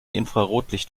infrarotlicht